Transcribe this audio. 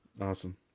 Awesome